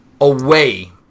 away